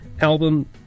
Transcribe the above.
album